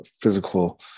physical